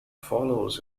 follows